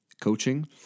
coaching